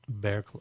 Bearclaw